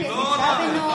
היא לא עולה,